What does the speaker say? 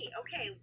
okay